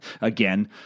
again